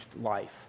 life